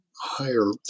higher